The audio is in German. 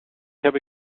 habe